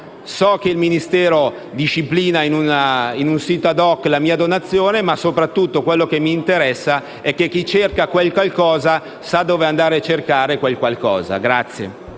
so che il Ministero disciplina in un sito *ad hoc* la mia donazione ma, soprattutto, quello che mi interessa è che chi cerca qualcosa sa dove andare a cercarlo.